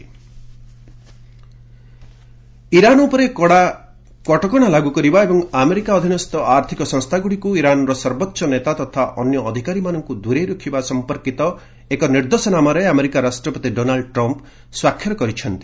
Trump Iran sanctions Iran ଉପରେ କଡ଼ା କଟକଣା ଲାଗୁ କରିବା ଏବଂ ଆମେରିକା ଅଧୀନସ୍ଥ ଆର୍ଥିକ ସଂସ୍ଥାଗୁଡ଼ିକରୁ ଇରାନର ସର୍ବୋଚ୍ଚ ନେତା ତଥା ଅନ୍ୟ ଅଧିକାରୀମାନଙ୍କୁ ଦୂରେଇ ରଖିବା ସଂପର୍କିତ ଏକ ନିର୍ଦ୍ଦେଶନାମାରେ ଆମେରିକା ରାଷ୍ଟ୍ରପତି ଡୋନାଲ୍ଡ ଟ୍ରମ୍ପ ସ୍ୱାକ୍ଷର କରିଛନ୍ତି